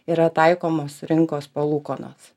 yra taikomos rinkos palūkanos